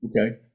Okay